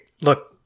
look